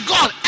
God